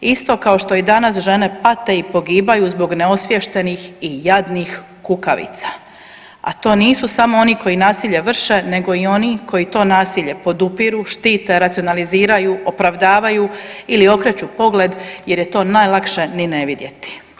Isto kao što i danas žene pate i pogibaju zbog neosviještenih i jadnih kukavica, a to nisu samo oni koji nasilje vrše nego i oni koji to nasilje podupiru, štite, racionaliziraju, opravdavaju ili okreću pogled jer je to najlakše ni ne vidjeti.